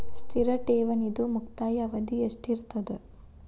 ಸ್ಥಿರ ಠೇವಣಿದು ಮುಕ್ತಾಯ ಅವಧಿ ಎಷ್ಟಿರತದ?